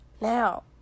Now